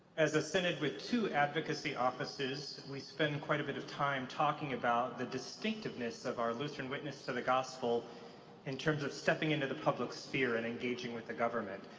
as a synod with two advocacy offices we spend quite a bit of time talking about the distinctiveness of our lutheran witness to the gospel in terms of stepping into the public sphere and engaging with the government.